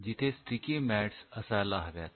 तिथे sticky mats असायला हव्यात